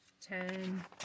Ten